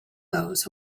those